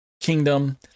kingdom